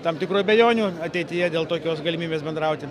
tam tikrų abejonių ateityje dėl tokios galimybės bendrauti